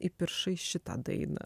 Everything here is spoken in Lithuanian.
įpiršai šitą dainą